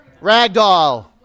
Ragdoll